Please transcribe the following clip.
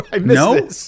No